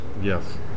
yes